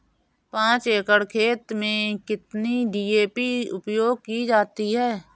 पाँच एकड़ खेत में कितनी डी.ए.पी उपयोग की जाती है?